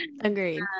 Agreed